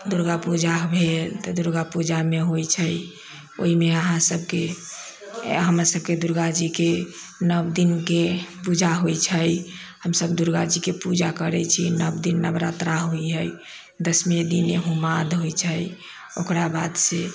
दुर्गापूजा भेल तऽ दुर्गापूजामे होइ छै ओहिमे अहाँसबके हमरसबके दुर्गा जीके नव दिनके पूजा होइ छै हमसब दुर्गा जीके पूजा करै छी नव दिन नवरात्रा होइ है दशमी दिन होमादि होइ छै ओकराबादसँ